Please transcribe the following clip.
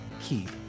keep